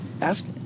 Ask